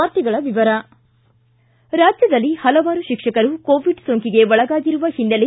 ವಾರ್ತೆಗಳ ವಿವರ ರಾಜ್ಯದಲ್ಲಿ ಪಲವಾರು ಶಿಕ್ಷಕರು ಕೋವಿಡ್ ಸೋಂಕಿಗೆ ಒಳಗಾಗಿರುವ ಹಿನ್ನೆಲೆ